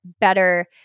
better